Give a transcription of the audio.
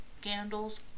Scandals